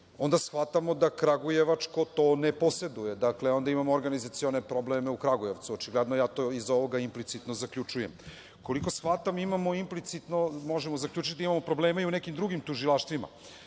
Onda shvatamo da kragujevačko to ne poseduje. Dakle, onda imamo organizacione probleme u Kragujevcu. Očigledno ja to iz ovoga implicitno zaključujem. Koliko shvatam, implicitno možemo zaključiti da imamo probleme i u nekim drugim tužilaštvima